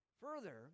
Further